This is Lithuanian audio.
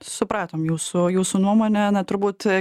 supratom jūsų jūsų nuomonę na turbūt